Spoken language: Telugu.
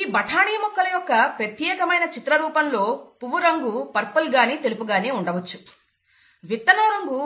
ఈ బఠానీ మొక్కల యొక్క ప్రత్యేకమైన చిత్ర రూపంలో పువ్వు రంగు పర్పుల్ గాని తెలుపు గాని ఉండవచ్చు విత్తనం రంగు